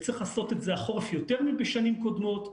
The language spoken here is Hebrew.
צריך לעשות את זה החורף יותר משנים קודמות.